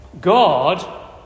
God